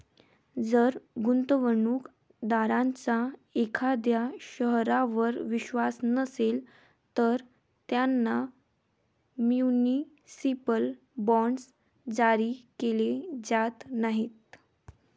जर गुंतवणूक दारांचा एखाद्या शहरावर विश्वास नसेल, तर त्यांना म्युनिसिपल बॉण्ड्स जारी केले जात नाहीत